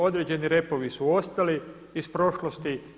Određeni repovi su ostali iz prošlosti.